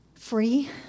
free